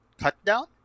Cutdown